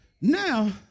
Now